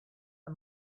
are